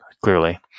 Clearly